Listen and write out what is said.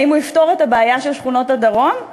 האם הוא יפתור את הבעיה של שכונות הדרום?